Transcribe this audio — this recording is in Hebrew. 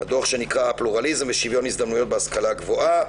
נקרא: פלורליזם ושוויון הזדמנויות בהשכלה הגבוהה,